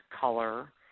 color